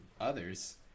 others